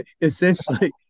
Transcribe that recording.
essentially